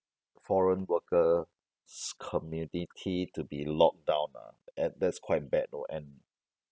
foreign workers community to be locked down ah and that's quite bad know and